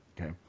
Okay